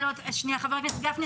חבר הכנסת גפני,